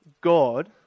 God